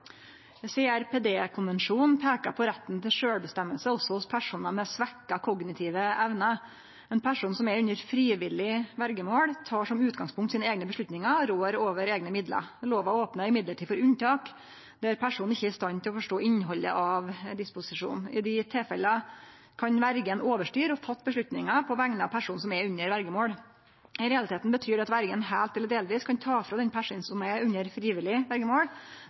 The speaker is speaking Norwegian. på retten til sjølvbestemming også hos personar med svekte kognitive evner. Ein person som er under frivillig verjemål, tek som utgangspunkt sine eigne avgjerder og rår over eigne midlar. Men lova opnar for unntak når ein person ikkje er i stand til å forstå innhaldet av disposisjonen. I dei tilfella kan verja overstyre og fatte avgjerder på vegner av personen som er under verjemål. I realiteten betyr det at verja heilt eller delvis kan ta frå den personen som er under frivillig